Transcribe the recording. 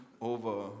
over